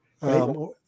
Right